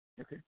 Okay